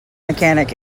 mechanic